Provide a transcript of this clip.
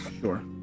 sure